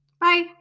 Bye